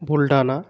Buldhana